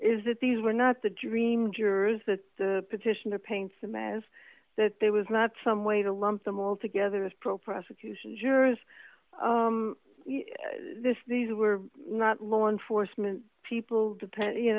is that these were not the dream jurors that the petitioner paints them as that there was not some way to lump them all together as pro prosecution jurors this these were not law enforcement people